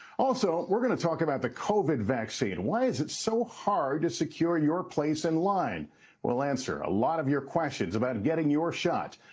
also, we are going to talk about the covid vaccine, why is it so hard to secure your place in line? we will answer a lot of your questions about getting your shot.